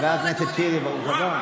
חבר הכנסת שירי, ברוך הבא.